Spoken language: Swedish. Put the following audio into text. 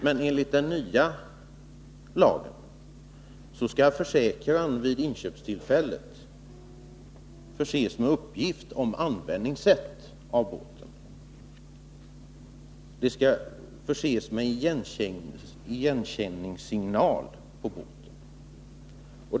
Men enligt den nya lagen skall försäkran vid inköpstillfället förses med uppgift om båtens användningssätt och med båtens igenkänningssignal.